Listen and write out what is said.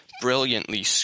brilliantly